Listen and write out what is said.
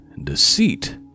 deceit